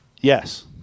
Yes